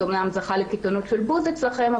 זה אומנם לזכה קיתונות של בוז אצלכם,